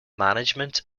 management